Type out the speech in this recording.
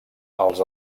els